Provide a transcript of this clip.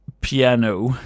piano